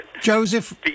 Joseph